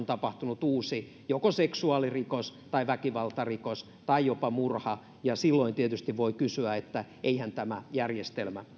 tapahtunut joko uusi seksuaalirikos tai väkivaltarikos tai jopa murha ja silloin tietysti voi sanoa että eihän tämä järjestelmä